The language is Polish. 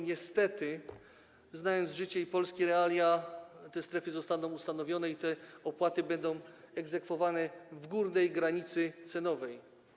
Niestety, znając życie i polskie realia, te strefy zostaną ustanowione i te opłaty będą egzekwowane w górnej granicy cenowej.